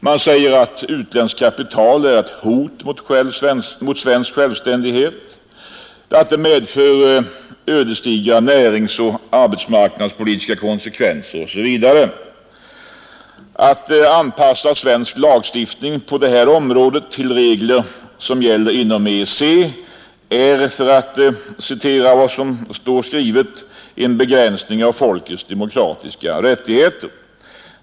Man säger att utländskt kapital är ett hot mot svensk självständighet, att det medför ödesdigra näringsoch arbetsmarknadspolitiska konsekvenser osv. Att anpassa svensk lagstiftning till regler som gäller inom EEC är — för att citera vad som står skrivet i motionen — ”en begränsning av folkets demokratiska rättigheter”.